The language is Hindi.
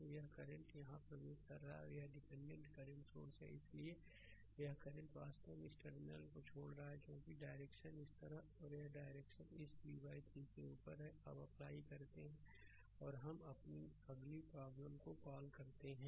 तो यह करंट यहाँ प्रवेश कर रहा है और यह डिपेंडेंट करंट सोर्स है इसलिए यह करंट वास्तव में इस टर्मिनल को छोड़ रहा है क्योंकि डायरेक्शन इस तरह है और यह डायरेक्शन इस v 3 से ऊपर है अब अप्लाई करते हैं और अब हम अपनी अगली प्रॉब्लम को कॉल करते हैं